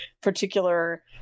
particular